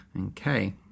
Okay